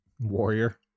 Warrior